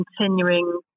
continuing